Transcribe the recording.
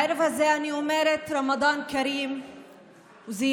בערב הזה אני אומרת רמדאן כרים וזיארה